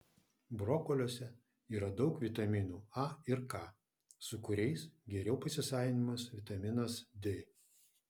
brokoliuose yra daug vitaminų a ir k su kuriais geriau pasisavinamas vitaminas d